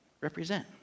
represent